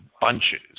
bunches